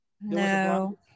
no